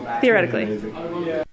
theoretically